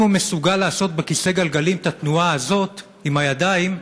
אם הוא מסוגל לעשות בכיסא גלגלים את התנועה הזאת עם הידיים,